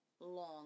long